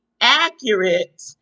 accurate